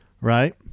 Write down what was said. right